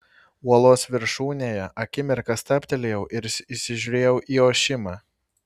uolos viršūnėje akimirką stabtelėjau ir įsižiūrėjau į ošimą